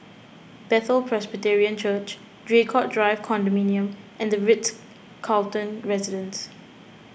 Bethel Presbyterian Church Draycott Drive Condominium and the Ritz Carlton Residences